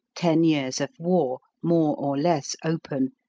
ten years of war, more or less open,